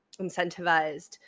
incentivized